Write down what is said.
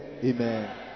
Amen